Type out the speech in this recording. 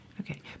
okay